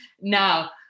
now